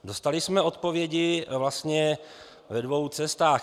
Dostali jsme odpovědi vlastně ve dvou cestách.